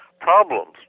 problems